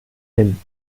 hin